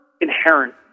inherent